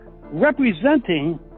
representing